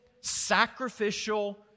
sacrificial